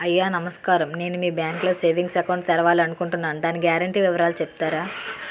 అయ్యా నమస్కారం నేను మీ బ్యాంక్ లో సేవింగ్స్ అకౌంట్ తెరవాలి అనుకుంటున్నాను దాని గ్యారంటీ వివరాలు చెప్తారా?